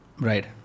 Right